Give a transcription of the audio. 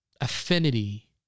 affinity